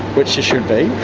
which she should be,